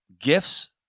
gifts